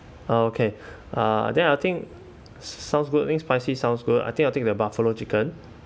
uh okay uh then I think sounds good I think spicy sounds good I think I think the buffalo chicken